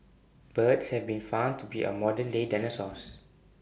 birds have been found to be our modern day dinosaurs